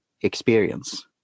experience